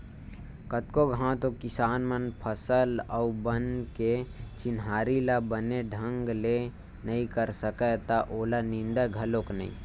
कतको घांव तो किसान मन फसल अउ बन के चिन्हारी ल बने ढंग ले नइ कर सकय त ओला निंदय घलोक नइ